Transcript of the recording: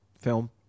Film